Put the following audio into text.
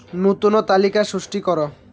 ନୂତନ ତାଲିକା ସୃଷ୍ଟି କର